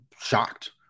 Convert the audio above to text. shocked